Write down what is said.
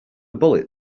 bullet